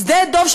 שדה-דב,